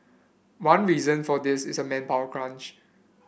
one reason for this is a manpower crunch